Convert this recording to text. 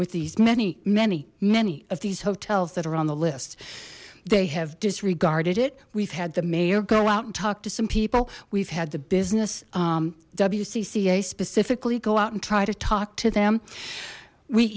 with these many many many of these hotels that are on the list they have disregarded it we've had the mayor go out and talk to some people we've had the business w cca specifically go out and try to talk to them we